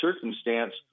circumstance